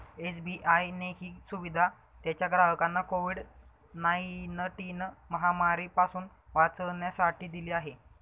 SBI ने ही सुविधा त्याच्या ग्राहकांना कोविड नाईनटिन महामारी पासून वाचण्यासाठी दिली आहे